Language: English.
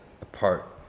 apart